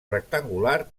rectangular